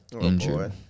injured